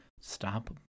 Stop